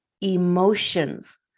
emotions